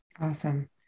Awesome